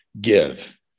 give